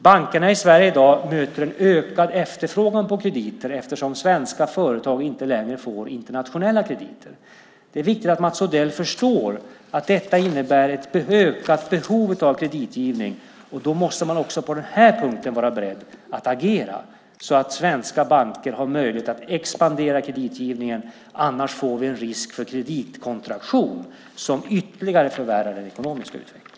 Bankerna i Sverige i dag möter en ökad efterfrågan på krediter, eftersom svenska företag inte längre får internationella krediter. Det är viktigt att Mats Odell förstår att detta innebär ett ökat behov av kreditgivning. Man måste vara beredd att agera så att svenska banker har möjlighet att expandera kreditgivningen. Annars får vi en risk för kreditkontraktion som ytterligare förvärrar den ekonomiska utvecklingen.